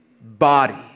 body